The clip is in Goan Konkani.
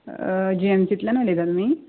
जी एम सींतल्यान उलयता तुमी